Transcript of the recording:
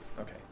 Okay